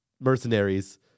Mercenaries